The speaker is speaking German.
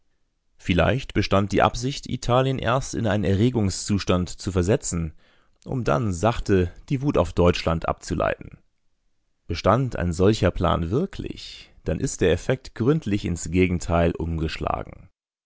vielleicht bestand die absicht italien erst in einen erregungszustand zu versetzen um dann sachte die wut auf deutschland abzuleiten bestand ein solcher plan wirklich dann ist der effekt gründlich ins gegenteil umgeschlagen